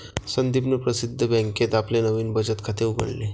संदीपने प्रसिद्ध बँकेत आपले नवीन बचत खाते उघडले